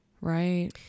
right